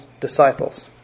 disciples